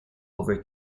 over